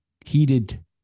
heated